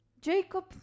Jacob